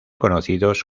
conocidos